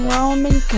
Roman